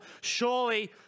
surely